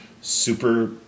super